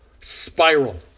spiral